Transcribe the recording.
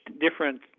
different